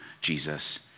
Jesus